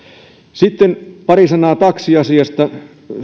sitten pari sanaa taksiasiasta